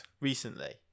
recently